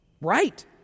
Right